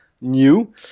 new